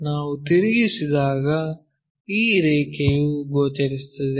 ನಾವು ತಿರುಗಿಸಿದಾಗ ಈ ರೇಖೆಯು ಗೋಚರಿಸುತ್ತದೆ